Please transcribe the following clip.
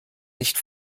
nicht